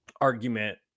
argument